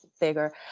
bigger